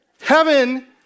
heaven